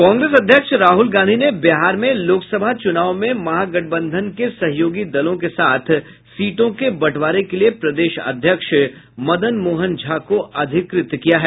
कांग्रेस अध्यक्ष राहुल गांधी ने बिहार में लोकसभा चुनाव में महागठबंधन के सहयोगी दलों के साथ सीटों के बंटवारे के लिये प्रदेश अध्यक्ष मदन मोहन झा को अधिकृत किया है